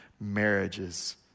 marriages